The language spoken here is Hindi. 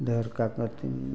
इधर का कहतिन